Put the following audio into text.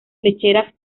lecheras